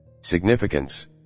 significance